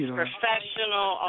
professional